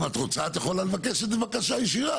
אם את רוצה את יכולה לבקש את זה בבקשה ישירה,